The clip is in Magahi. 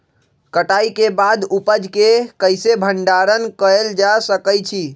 कटाई के बाद उपज के कईसे भंडारण कएल जा सकई छी?